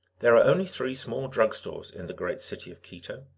there are only three small drug-stores in the great city of quito.